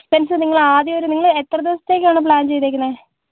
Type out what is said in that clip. expense നിങ്ങൾ ആദ്യം ഒരു നിങ്ങൾ എത്ര ദിവസത്തേക്കാണ് പ്ലാൻ ചെയ്തേക്കുന്നത്